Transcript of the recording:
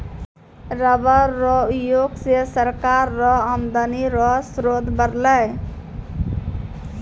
rubber रो उयोग से सरकार रो आमदनी रो स्रोत बरलै